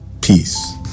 Peace